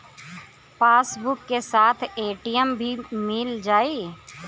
Passbook के साथ ATM भी मील जाई?